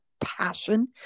passion